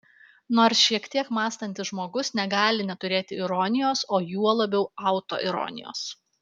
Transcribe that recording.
nors šiek tiek mąstantis žmogus negali neturėti ironijos o juo labiau autoironijos